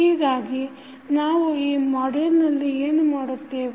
ಹೀಗಾಗಿ ನಾವು ಈ ಮಾಡ್ಯುಲ್ನಲ್ಲಿ ಏನು ಮಾಡುತ್ತೇವೆ